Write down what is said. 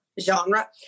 genre